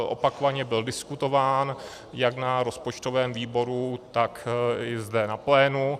Opakovaně byl diskutován jak na rozpočtovém výboru, tak i zde na plénu.